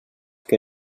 que